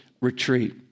retreat